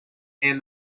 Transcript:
and